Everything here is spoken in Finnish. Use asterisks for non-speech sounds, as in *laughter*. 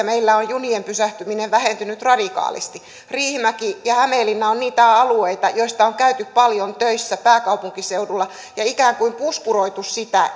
*unintelligible* meillä on junien pysähtyminen vähentynyt radikaalisti riihimäki ja hämeenlinna ovat niitä alueita joilta on käyty paljon töissä pääkaupunkiseudulla ja ikään kuin puskuroitu sitä *unintelligible*